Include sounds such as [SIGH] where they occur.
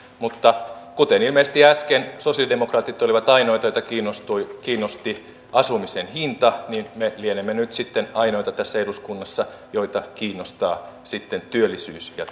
mutta kuten ilmeisesti äsken sosialidemokraatit olivat ainoita joita kiinnosti asumisen hinta niin me lienemme nyt sitten ainoita tässä eduskunnassa joita kiinnostaa työllisyys ja [UNINTELLIGIBLE]